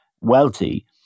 wealthy